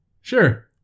Sure